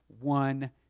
one